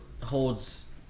holds